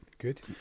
Good